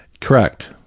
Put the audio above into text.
Correct